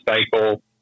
cycle